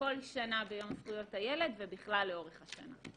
כל שנה ביום זכויות הילד ובכלל לאורך השנה.